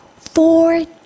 Four